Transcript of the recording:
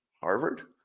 Harvard